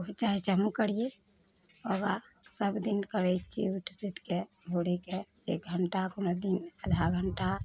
ओ चाहै छै हमहुँ करियै योगा सब दिन करै छियै उठि सुतिके भोरेके एक घंटा कोनो दिन आधा घंटा